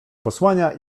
posłania